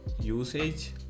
usage